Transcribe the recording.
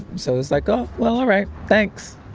so, it was like, oh, well. all right, thanks.